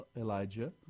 elijah